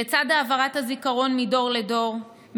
לצד העברת הזיכרון מדור לדור,